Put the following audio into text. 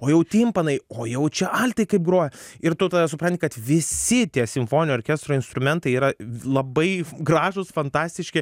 o jau timpanai o jau čia altai kaip groja ir tu tada supranti kad visi tie simfoninio orkestro instrumentai yra labai gražūs fantastiški